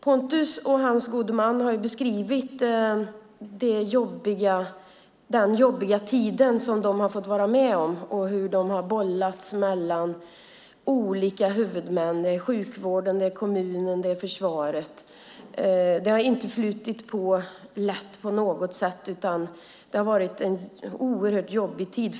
Pontus och hans gode man har beskrivit den jobbiga tid som de har varit med om och hur de har bollats mellan olika huvudmän. Det är sjukvården, kommunen och försvaret. Det har inte flutit på lätt på något sätt, utan det har varit en oerhört jobbig tid.